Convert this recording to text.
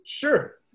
sure